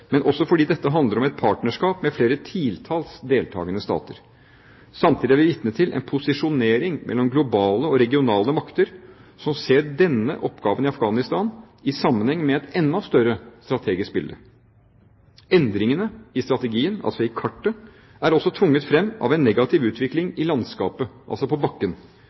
fordi dette handler om et partnerskap med flere titalls deltakende stater. Samtidig er vi vitne til en posisjonering mellom globale og regionale makter som ser denne oppgaven i Afghanistan i sammenheng med et enda større strategisk bilde. Endringene i strategien, i kartet, er også tvunget fram av en negativ utvikling i landskapet – altså på bakken: